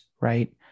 right